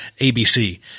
ABC